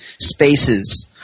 spaces